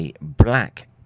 black